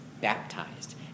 baptized